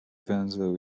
węzeł